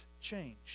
Change